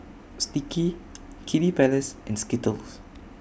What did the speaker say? Sticky Kiddy Palace and Skittles